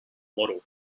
model